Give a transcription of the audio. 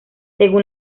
según